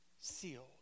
sealed